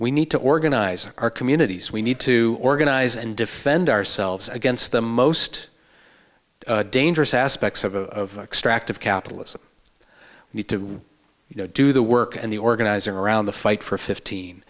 we need to organize our communities we need to organize and defend ourselves against the most dangerous aspects of extract of capitalism we need to do the work and the organizing around the fight for fifteen